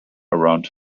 around